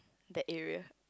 that area